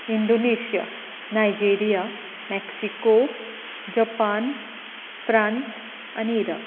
Indonesia Nigeria Mexico Japan France आनी इराक